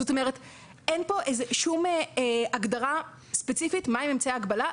אין פה שום הגדרה ספציפית מהם אמצעי הגבלה,